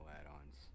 add-ons